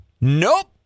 Nope